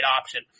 option